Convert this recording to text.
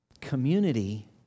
community